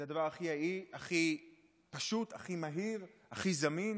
זה הדבר הכי פשוט, הכי מהיר, הכי זמין.